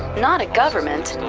not a government,